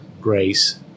grace